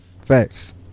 Facts